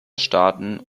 staaten